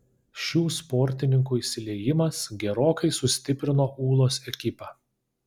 šių sportininkų įsiliejimas gerokai sustiprino ūlos ekipą